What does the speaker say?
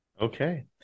Okay